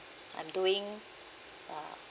I'm doing uh